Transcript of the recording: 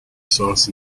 sauce